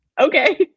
okay